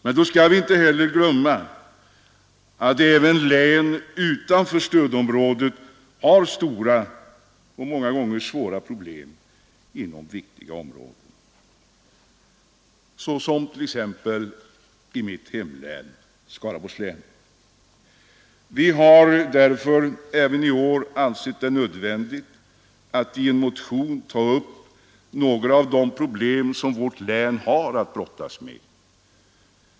Men vi skall då inte glömma att även län utanför stödområdet har stora och många gånger svåra problem inom viktiga sektorer, såsom t.ex. i mitt hemlän, Skaraborgs län. Vi har därför även i år ansett det nödvändig att i en motion ta upp några av de problem vårt län har att brottas med.